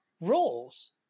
roles